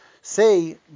say